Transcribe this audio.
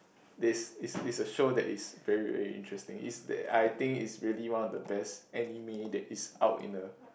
that is is is a show that is very very interesting it's I think it's really one of the best anime that is out in the